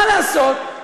מה לעשות,